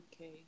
okay